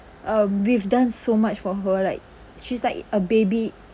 uh we've done so much for her like she's like a baby